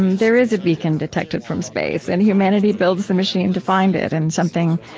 um there is a beacon detected from space, and humanity builds the machine to find it, and something